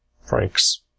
Frank's